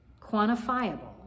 Quantifiable